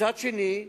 מצד שני,